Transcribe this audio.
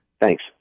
Thanks